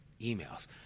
emails